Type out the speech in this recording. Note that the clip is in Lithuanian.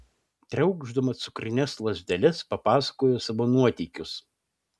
triaukšdama cukrines lazdeles papasakojo savo nuotykius